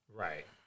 Right